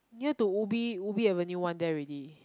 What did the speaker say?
near to ubi ubi avenue one there already